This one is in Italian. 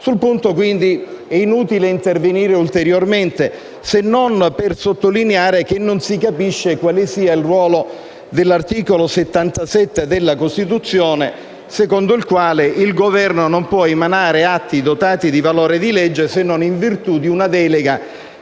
Sul punto è quindi inutile intervenire ulteriormente, se non per sottolineare che non si capisce quale sia il ruolo dell'articolo 77 della Costituzione, secondo il quale il Governo non può emanare atti dotati di valore di legge se non in virtù di una delega